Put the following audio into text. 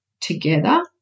together